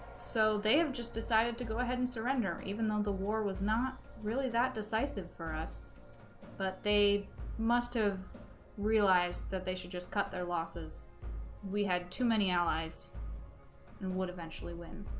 so they have just decided to go ahead and surrender even though the war was not really that decisive for us but they must have realized that they should just cut their losses we had too many allies and would eventually win